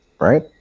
right